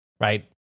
right